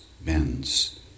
bends